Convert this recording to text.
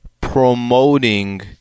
promoting